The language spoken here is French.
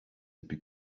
depuis